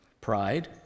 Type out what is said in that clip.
pride